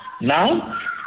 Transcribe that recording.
Now